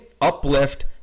uplift